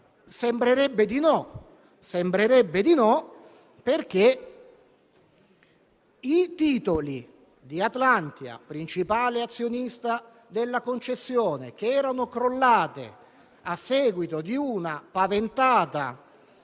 Sembrerebbe di no, perché i titoli di Atlantia, principale azionista della concessione, che erano crollati a seguito di una paventata